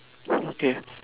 okay